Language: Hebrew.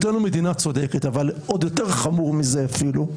אבל עוד יותר חמור מזה אפילו,